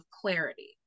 clarity